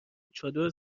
چادر